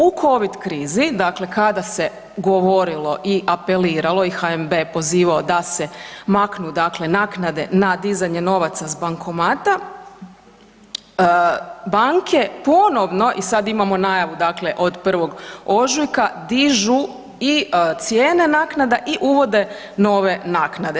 U Covid krizi dakle kada se govorilo i apeliralo i HNB je pozivao da se maknu dakle naknade na dizanje novaca s bankomata banke ponovno i sad imamo najavu dakle od 1. ožujka dižu i cijene naknada i uvode nove naknade.